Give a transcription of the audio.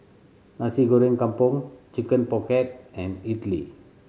Nasi Goreng Kampung Chicken Pocket and idly